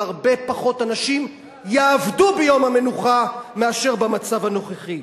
והרבה פחות אנשים יעבדו ביום המנוחה מאשר במצב הנוכחי.